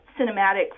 cinematic